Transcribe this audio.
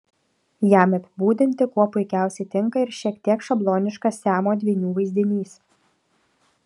jam apibūdinti kuo puikiausiai tinka ir šiek tiek šabloniškas siamo dvynių vaizdinys